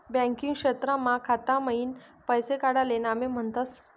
banking क्षेत्रमा खाता मईन पैसा काडाले नामे म्हनतस